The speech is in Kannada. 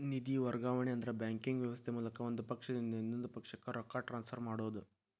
ನಿಧಿ ವರ್ಗಾವಣೆ ಅಂದ್ರ ಬ್ಯಾಂಕಿಂಗ್ ವ್ಯವಸ್ಥೆ ಮೂಲಕ ಒಂದ್ ಪಕ್ಷದಿಂದ ಇನ್ನೊಂದ್ ಪಕ್ಷಕ್ಕ ರೊಕ್ಕ ಟ್ರಾನ್ಸ್ಫರ್ ಮಾಡೋದ್